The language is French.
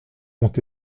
ont